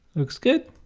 looks good.